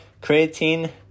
creatine